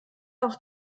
auch